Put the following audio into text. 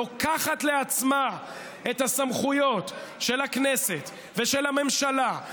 לוקחת לעצמה את הסמכויות של הכנסת ושל הממשלה,